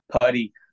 Putty